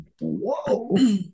whoa